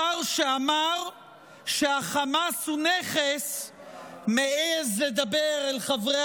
השר שאמר שהחמאס הוא נכס מעז לדבר אל חברי